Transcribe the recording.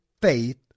faith